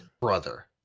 brother